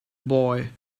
boy